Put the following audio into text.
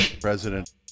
President